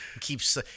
Keeps